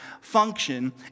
function